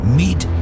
meet